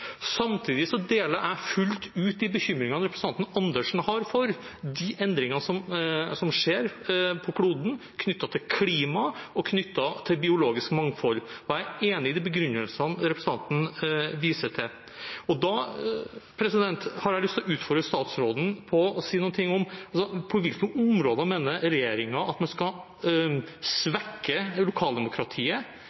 Samtidig deler jeg fullt ut de bekymringene representanten Karin Andersen har for de endringene som skjer på kloden knyttet til klima og til biologisk mangfold. Jeg er enig i de begrunnelsene representanten viste til. Da har jeg lyst til å utfordre statsråden til å si noe om følgende: På hvilke områder mener regjeringen at man skal